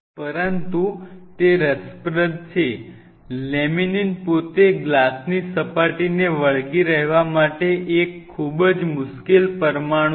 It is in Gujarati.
પરંતુ તે રસપ્રદ છે લેમિનીન પોતે ગ્લાસની સપાટીને વળગી રહેવા માટે એક ખૂબ જ મુશ્કેલ પરમાણુ છે